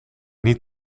niet